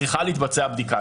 צריכה להתבצע בדיקה.